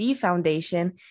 Foundation